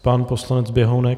Pan poslanec Běhounek.